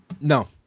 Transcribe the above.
no